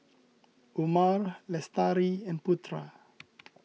Umar Lestari and Putra